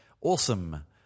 awesome